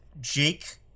Jake